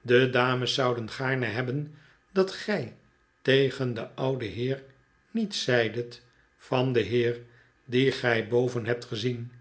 de dames zouden gaarne hebben dat gij tegen den ouden heer niets zeidet van den heer dien gij boven hebt gezien